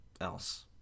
else